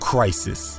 Crisis